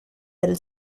del